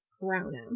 corona